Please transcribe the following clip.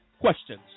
questions